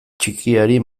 txikiari